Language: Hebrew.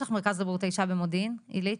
יש לך מרכז לבריאות האישה במודיעין עילית?